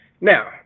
Now